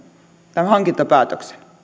tämän hankintapäätöksen